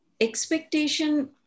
expectation